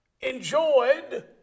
enjoyed